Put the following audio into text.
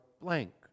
blank